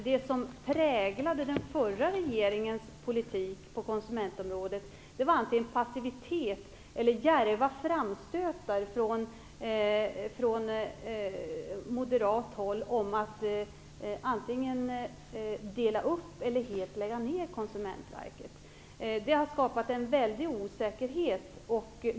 Det som präglade den förra regeringens politik på konsumentområdet var antingen passivitet eller djärva framstötar från moderat håll om att antingen dela upp eller helt lägga ned Konsumentverket. Det har skapat en väldig osäkerhet.